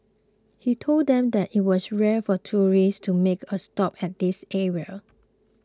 he told them that it was rare for tourists to make a stop at this area